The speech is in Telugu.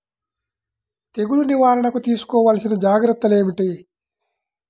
తెగులు నివారణకు తీసుకోవలసిన జాగ్రత్తలు ఏమిటీ?